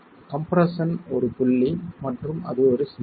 compression ஒரு புள்ளி மற்றும் அது ஒரு ஹின்ஜ்